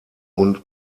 und